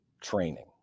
training